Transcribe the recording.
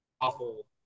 awful